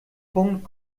punkt